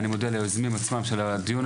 אני מודה ליוזמי הדיון,